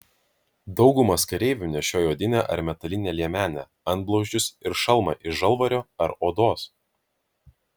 daugumas kareivių nešiojo odinę ar metalinę liemenę antblauzdžius ir šalmą iš žalvario ar odos